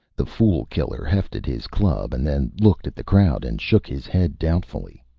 the fool-killer hefted his club and then looked at the crowd and shook his head doubtfully.